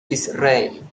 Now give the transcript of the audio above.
israel